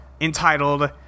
entitled